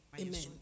Amen